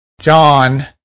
John